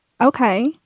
Okay